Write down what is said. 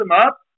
up